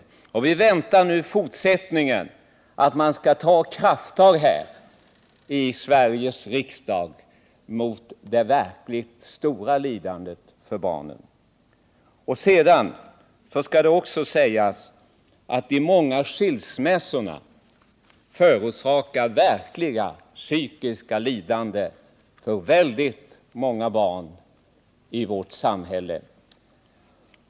Vi väntar nu på att krafttag i fortsättningen skall tas i Sveriges riksdag mot det verkligt stora lidandet för dessa barn. Jag skulle också vilja påpeka att de många skilmässorna leder till verkligt svåra psykiska lidanden för många barn i vårt samhälle.